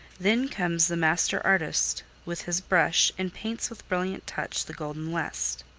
then comes the master artist with his brush, and paints with brilliant touch the golden west.